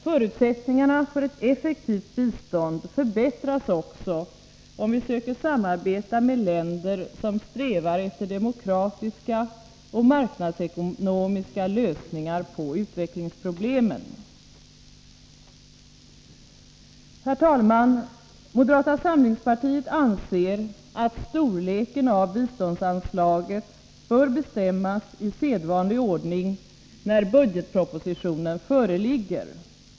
Förutsättningarna för ett effektivt bistånd förbättras också, om vi söker samarbeta med länder som strävar efter demokratiska och marknadsekonomiska lösningar på utvecklingsproblemen. Herr talman! Moderata samlingspartiet anser att storleken av biståndsanslaget bör bestämmas i sedvanlig ordning när budgetpropositionen föreligger.